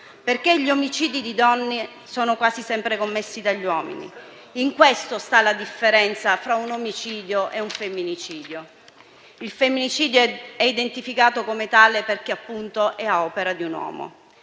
perché gli omicidi di donne sono quasi sempre commessi dagli uomini: in questo sta la differenza fra omicidio e femminicidio. Il femminicidio è identificato come tale, perché appunto è ad opera di un uomo,